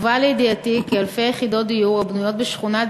הובא לידיעתי כי אלפי יחידות דיור הבנויות בשכונת